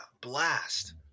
Blast